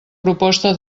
proposta